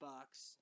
Bucks